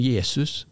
Jesus